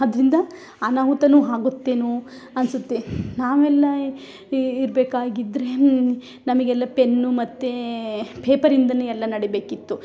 ಅದ್ರಿಂದ ಅನಾಹುತ ಆಗುತ್ತೆನೊ ಅನಿಸುತ್ತೆ ನಾವೆಲ್ಲ ಇರಬೇಕಾಗಿದ್ರೆ ನಮಗೆಲ್ಲ ಪೆನ್ನು ಮತ್ತು ಪೇಪರಿಂದ ಎಲ್ಲ ನಡಿಬೇಕಿತ್ತು